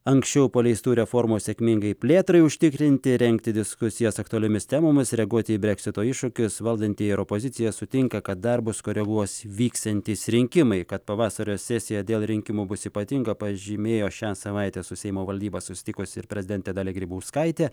anksčiau paleistų reformos sėkmingai plėtrai užtikrinti rengti diskusijas aktualiomis temomis reaguoti į brexito iššūkius valdantieji opozicija sutinka kad darbus koreguos vyksiantys rinkimai kad pavasario sesija dėl rinkimų bus ypatinga pažymėjo šią savaitę su seimo valdyba susitikusi prezidentė dalia grybauskaitė